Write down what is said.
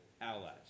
allies